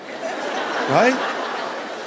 Right